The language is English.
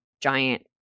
giant